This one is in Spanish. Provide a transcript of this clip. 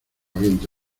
viento